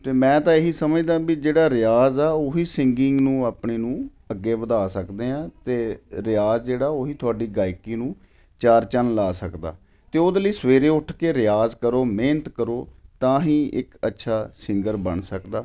ਅਤੇ ਮੈਂ ਤਾਂ ਇਹ ਹੀ ਸਮਝਦਾਂ ਵੀ ਜਿਹੜਾ ਰਿਆਜ਼ ਆ ਉਹ ਹੀ ਸਿੰਗਿੰਗ ਨੂੰ ਆਪਣੇ ਨੂੰ ਅੱਗੇ ਵਧਾ ਸਕਦੇ ਹਾਂ ਅਤੇ ਰਿਆਜ਼ ਜਿਹੜਾ ਉਹ ਹੀ ਤੁਹਾਡੀ ਗਾਇਕੀ ਨੂੰ ਚਾਰ ਚੰਨ ਲਗਾ ਸਕਦਾ ਅਤੇ ਉਹਦੇ ਲਈ ਸਵੇਰੇ ਉੱਠ ਕੇ ਰਿਆਜ਼ ਕਰੋ ਮਿਹਨਤ ਕਰੋ ਤਾਂ ਹੀ ਇੱਕ ਅੱਛਾ ਸਿੰਗਰ ਬਣ ਸਕਦਾ